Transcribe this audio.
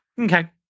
Okay